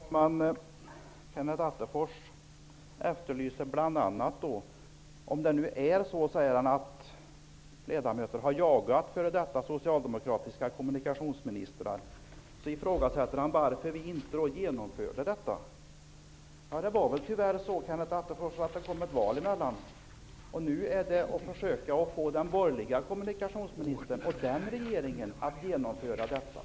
Fru talman! Kenneth Attefors säger att om det nu är så att ledamöter har jagat f.d. socialdemokratiska kommunikationsministrar som undrar varför vi inte genomförde detta. Det var tyvärr så, Kenneth Attefors, att det kom ett val emellan. Nu gäller det att försöka att få den borgerliga kommunikationsministern och den borgerliga regeringen att genomföra detta.